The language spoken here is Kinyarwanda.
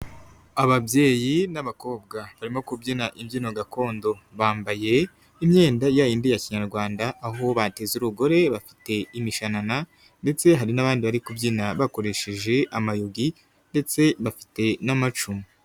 Ababyeyi n'abakobwa barimo kubyina imbyino gakondo. Bambaye imyenda ya yindi ya kinyarwanda, aho bateze urugori, bafite imishanana ndetse hari n'abandi bari kubyina bakoresheje amayugi, ndetse bafite n'amacumu.